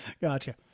Gotcha